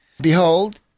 Behold